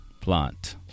plant